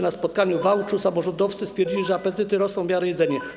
Na spotkaniu w Wałczu samorządowcy stwierdzili, że apetyt rośnie w miarę jedzenia.